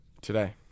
Today